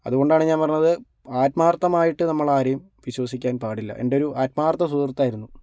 അതുകൊണ്ടാണ് ഞാൻ പറഞ്ഞത് ആത്മാർത്ഥമായിട്ട് നമ്മൾ ആരെയും വിശ്വസിക്കാൻ പാടില്ല എൻ്റെ ഒരു ആത്മാർത്ഥ സുഹൃത്തായിരുന്നു